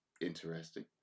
interesting